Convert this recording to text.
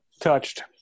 touched